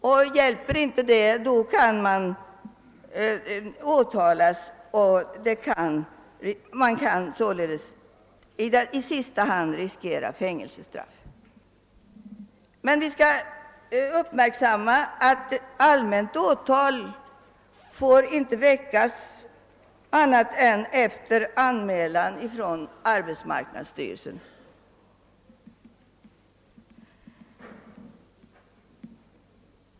Om inte detta hjälper kan åtal följa, varpå man i sista hand riskerar fänge'sestraff. Men vi bör fästa uppmärksamheten på att allmänt åtal inte får väckas annat än efter anmälan från arbetsmarknadsstyrelsen.